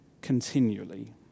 continually